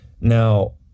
Now